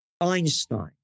Einstein